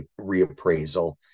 reappraisal